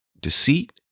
deceit